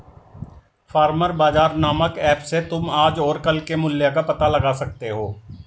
farmer बाजार नामक app से तुम आज और कल के मूल्य का पता लगा सकते हो